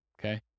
okay